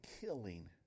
killing